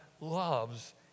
loves